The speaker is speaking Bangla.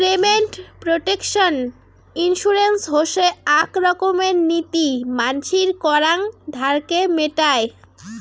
পেমেন্ট প্রটেকশন ইন্সুরেন্স হসে আক রকমের নীতি মানসির করাং ধারকে মেটায়